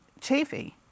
Chafee